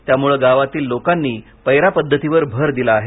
त्यामुळे गावातील लोकांनी पैरापद्धतीवर भर दिला आहे